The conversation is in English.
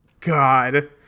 God